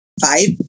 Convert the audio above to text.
five